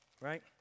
right